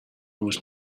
was